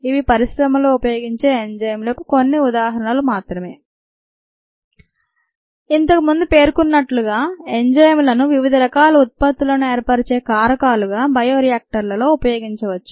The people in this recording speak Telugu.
ఇవి పరిశ్రమల్లో వినియోగించే ఎంజైమ్లకు కొన్ని ఉదాహరణలు మాత్రమే ఇంతకు ముందు పేర్కొన్నట్లుగా ఎంజైమ్లను వివిధ రకాల ఉత్పత్తులను ఏర్పరచే కారకాలుగా బయో రియాక్టర్లలో ఉపయోగించవచ్చు